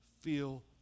feel